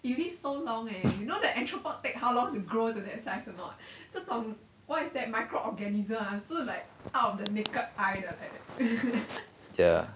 yeah